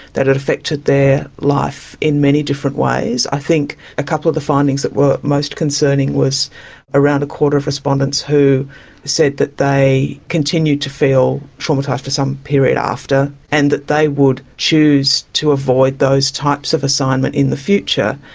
that it affected their life in many different ways. i think a couple of the findings that were most concerning was around a quarter of respondents who said that they continued to feel traumatised for some period after and that they would choose to avoid those types of assignment in the future.